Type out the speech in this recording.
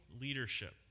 leadership